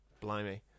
blimey